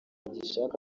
bagishaka